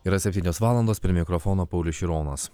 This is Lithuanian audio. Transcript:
yra septynios valandos prie mikrofono paulius šironas